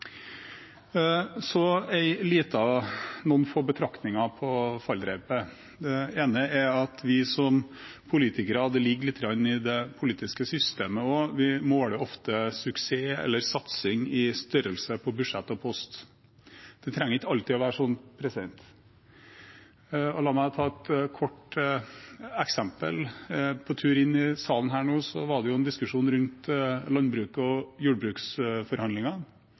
Så har jeg noen få betraktninger på fallrepet. Det ene er at vi som politikere – dette ligger også litt i det politiske systemet – ofte måler suksess eller satsing i størrelse på budsjetter og poster. Det trenger ikke alltid være sånn, og la meg ta et kort eksempel. Da jeg var på tur inn i salen her nå, var det en diskusjon rundt landbruket og